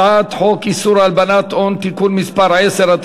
הצעת חוק איסור הלבנת הון (תיקון מס' 10),